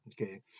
okay